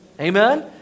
Amen